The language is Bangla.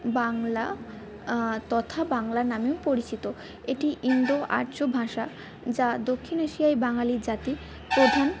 বাংলা তথা বাংলা নামেও পরিচিত এটি ইন্দো আর্য ভাষা যা দক্ষিণ এশিয়ায় বাঙালি জাতির প্রধান